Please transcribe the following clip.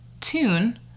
tune